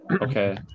Okay